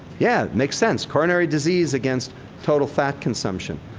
yeah, it makes sense. coronary disease against total fat consumption.